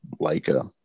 leica